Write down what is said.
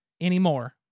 anymore